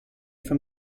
from